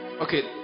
Okay